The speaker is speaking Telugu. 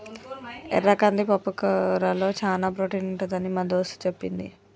ఎర్ర కంది పప్పుకూరలో చానా ప్రోటీన్ ఉంటదని మా దోస్తు చెప్పింది